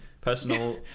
personal